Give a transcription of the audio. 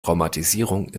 traumatisierung